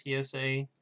PSA